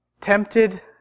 Tempted